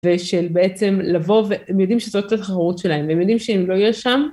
ושל בעצם לבוא והם יודעים שזו קצת החרות שלהם והם יודעים שאם לא יהיה שם